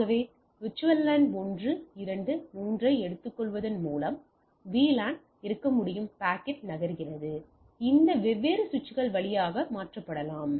ஆகவே VLAN 1 2 3 ஐ எடுத்துக்கொள்வதன் மூலம் VLAN இருக்க முடியும் பாக்கெட் நகர்கிறது மேலும் இந்த வெவ்வேறு சுவிட்சுகள் வழியாக மாற்றப்படலாம்